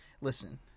listen